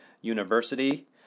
University